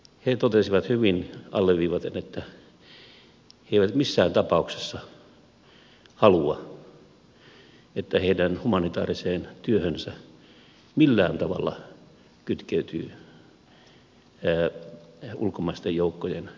he totesivat hyvin alleviivaten että he eivät missään tapauksessa halua että heidän humanitaariseen työhönsä millään tavalla kytkeytyy ulkomaisten joukkojen niin sanottu suojelurooli